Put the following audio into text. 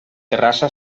terrassa